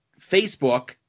Facebook